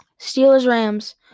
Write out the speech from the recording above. Steelers-Rams